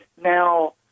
now